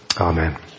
Amen